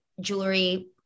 jewelry